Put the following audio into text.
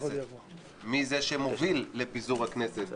מי זה שמוביל לפיזור הכנסת,